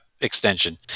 extension